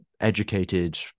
educated